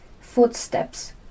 Footsteps